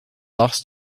last